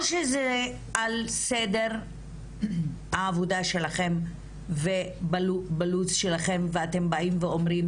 או שזה על סדר העבודה שלכם ובלו"ז שלכם ואתם באים ואומרים